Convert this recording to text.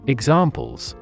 Examples